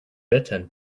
bitten